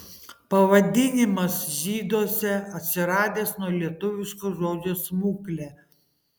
pavadinimas žyduose atsiradęs nuo lietuviško žodžio smuklė